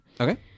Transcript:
Okay